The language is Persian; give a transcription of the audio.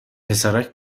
پسرک